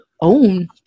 own